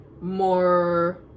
more